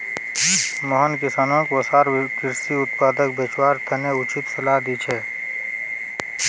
मोहन किसानोंक वसार कृषि उत्पादक बेचवार तने उचित सलाह दी छे